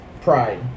pride